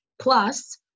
plus